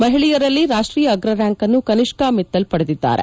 ಮಹಿಳೆಯರಲ್ಲಿ ರಾಷ್ಟೀಯ ಅಗ್ರ ರ್ಕಾಂಕ್ ಅನ್ನು ಕನಿಷ್ಠಾ ಮಿತ್ತಲ್ ಪಡೆದಿದ್ದಾರೆ